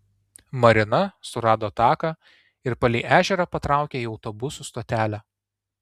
marina surado taką ir palei ežerą patraukė į autobusų stotelę